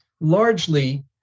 largely